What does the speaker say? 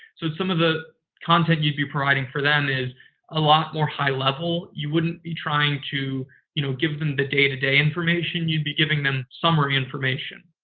so some of the content you'd be providing for them is a lot more high level. you wouldn't be trying to you know give them the day to day. you'd be giving them summary information.